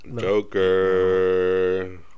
Joker